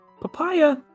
Papaya